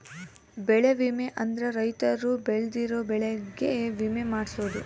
ಬೆಳೆ ವಿಮೆ ಅಂದ್ರ ರೈತರು ಬೆಳ್ದಿರೋ ಬೆಳೆ ಗೆ ವಿಮೆ ಮಾಡ್ಸೊದು